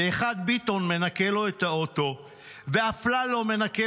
ואחד ביטון מנקה לו את האוטו ואפללו מנקה